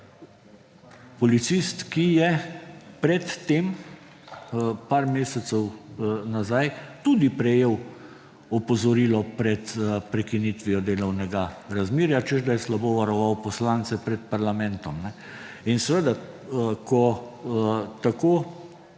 policist, ki je pred tem par mesecev nazaj tudi prejel opozorilo pred prekinitvijo delovnega razmerja, češ da je slabo varoval poslance pred parlamentom. In seveda, ko tako